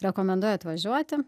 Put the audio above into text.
rekomenduoju atvažiuoti